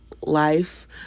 life